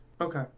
Okay